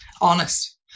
honest